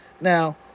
Now